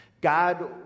God